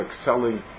excelling